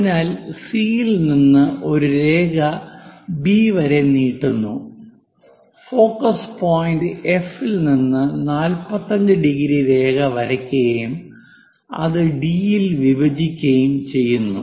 അതിനാൽ സി യിൽ നിന്ന് ഒരു രേഖ ബി വരെ നീട്ടുന്നു ഫോക്കസ് പോയിന്റ് എഫി ൽ നിന്ന് 45° രേഖ വരയ്ക്കുകയും അത് ഡി യിൽ വിഭജിക്കുകയും ചെയ്യുന്നു